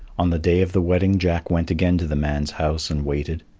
on the day of the wedding jack went again to the man's house and waited.